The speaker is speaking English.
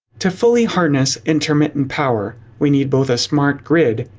to fully harness intermittent power, we need both a smart grid,